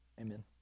Amen